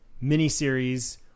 mini-series